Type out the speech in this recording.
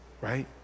right